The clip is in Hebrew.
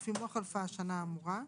אף אם לא חלפה השנה האמורה.